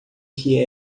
que